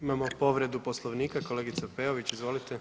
Imamo povredu Poslovnika, kolegice Peović izvolite.